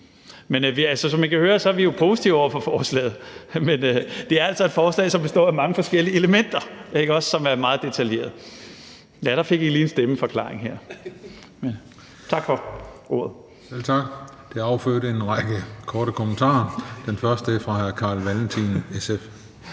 som I kan høre, er vi positive over for forslaget. Men det er altså et forslag, som består af mange forskellige elementer, og som er meget detaljeret. Så der fik I lige en stemmeforklaring. Tak for ordet. Kl. 16:36 Den fg. formand (Christian Juhl): Selv tak. Det har affødt en række korte bemærkninger. Den første er fra hr. Carl Valentin, SF.